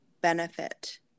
Benefit